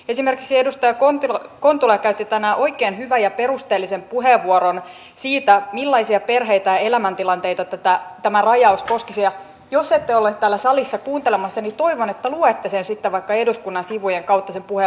esimerkiksi edustaja kontula käytti tänään oikein hyvän ja perusteellisen puheenvuoron siitä millaisia perheitä ja elämäntilanteita tämä rajaus koskisi ja jos ette olleet täällä salissa kuuntelemassa niin toivon että luette sitten vaikka eduskunnan sivujen kautta sen puheenvuoron